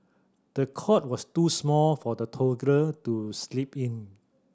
the cot was too small for the toddler to sleep in